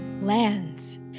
lands